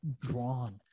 drawn